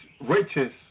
riches